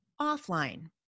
offline